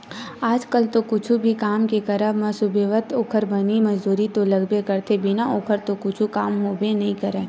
आज कल तो कुछु भी काम के करब म सुबेवत ओखर बनी मजदूरी तो लगबे करथे बिना ओखर तो कुछु काम होबे नइ करय